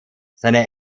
seine